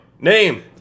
name